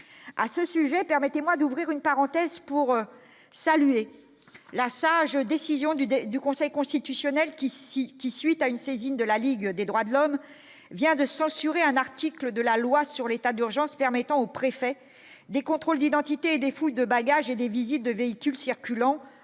à ce sujet, permettez-moi d'ouvrir une parenthèse pour saluer la sage décision du de du Conseil constitutionnel qui situe suite à une saisine de la Ligue des droits de l'homme vient de censurer un article de la loi sur l'état d'urgence permettant aux préfets des contrôles d'identité et des fouilles de bagages et des visites de véhicules circulant arrêtées